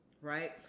Right